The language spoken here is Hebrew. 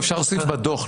לא, אפשר להוסיף בדו"ח.